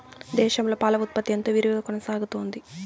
దేశంలో పాల ఉత్పత్తి ఎంతో విరివిగా కొనసాగుతోంది